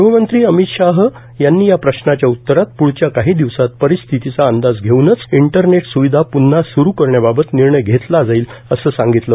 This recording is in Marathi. गृहमंत्री अमित शहा यांनी या प्रश्नाच्या उतरात पुढच्या काही दिवसांत परिस्थितीचा अंदाज घेऊनच इंटरनेट सुविधा प्न्हा सुरू करण्याबाबत निर्णय घेतला जाईल असं सांगितलं